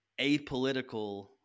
apolitical